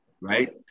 Right